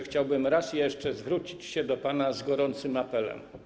Chciałbym raz jeszcze zwrócić się do pana z gorącym apelem.